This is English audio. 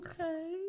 Okay